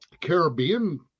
Caribbean